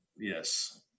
yes